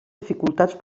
dificultats